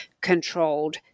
controlled